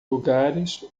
lugares